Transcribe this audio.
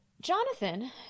Jonathan